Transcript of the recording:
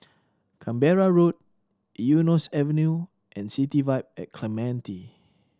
Canberra Road Eunos Avenue and City Vibe at Clementi